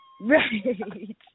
Right